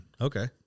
Okay